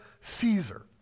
caesar